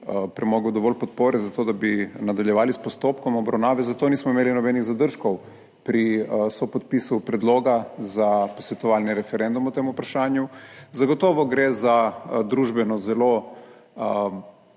premogel dovolj podpore za to, da bi nadaljevali s postopkom obravnave, zato nismo imeli nobenih zadržkov pri sopodpisu predloga za posvetovalni referendum o tem vprašanju. Zagotovo gre za družbeno zelo